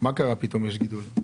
מה קרה שפתאום יש גידול?